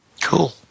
Cool